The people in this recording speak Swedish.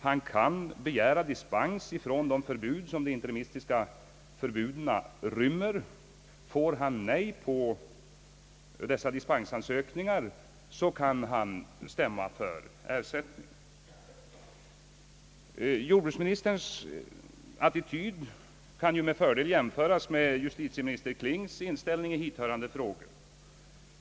Han kan begära dispens från de förbud som de interimistiska bestämmelserna innehåller. Får han nej på dessa dispensansökningar, kan han ta ut stämning för att få ersättning. Jordbruksministerns attityd kan jämföras med justitieminister Klings inställning i hithörande frågor.